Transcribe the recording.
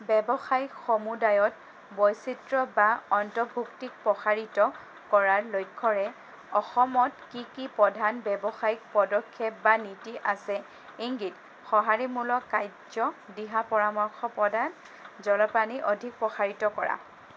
ব্যৱসায়িক সমুদায়ত বৈচিত্ৰ বা অন্তৰ্ভুক্তিত প্ৰসাৰিত কৰাৰ লক্ষ্যৰে অসমত কি কি প্ৰধান ব্যৱসায়িক পদক্ষেপ বা নীতি আছে ইংগিত সহাৰিমূলক কাৰ্য্য বা দিহা পৰামৰ্শ প্ৰদান জনপ্ৰাণী অধিক প্ৰসাৰিত কৰা